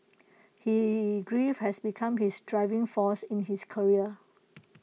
he grief has become his driving force in his career